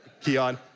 Keon